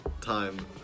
time